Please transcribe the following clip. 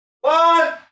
One